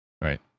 Right